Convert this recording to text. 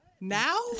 Now